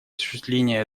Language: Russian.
осуществления